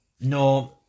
No